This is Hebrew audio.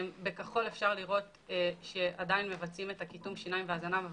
בכחול אפשר לראות שכאשר עדיין מבצעים את קיטום השיניים והזנב,